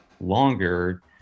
longer